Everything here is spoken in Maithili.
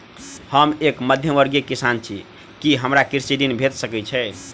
हम एक मध्यमवर्गीय किसान छी, की हमरा कृषि ऋण भेट सकय छई?